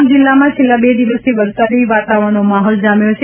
ડાંગ જિલ્લામાં છેલ્લા બે દિવસથી વરસાદી વાતાવરણનો માહોલ જામ્યો છે